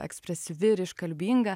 ekspresyvi ir iškalbinga